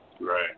Right